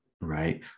right